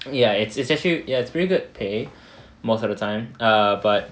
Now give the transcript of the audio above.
ya it's it's actually ya it's pretty good pay most of the time err but